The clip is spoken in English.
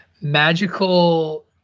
magical